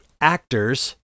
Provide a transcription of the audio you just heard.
actors